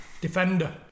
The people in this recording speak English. defender